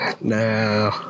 No